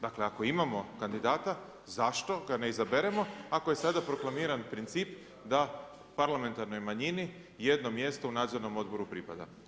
Dakle, ako imamo kandidata, zašto ga ne izaberemo ako je sada proklamiran princip da parlamentarnoj manjini jednom mjestu u nadzornom odboru pripada?